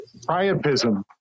priapism